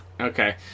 Okay